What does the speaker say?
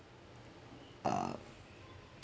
uh